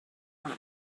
fun